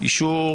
אישור